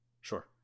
Sure